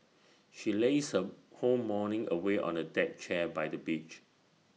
she lazed her whole morning away on A deck chair by the beach